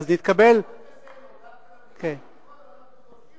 דווקא זה לא,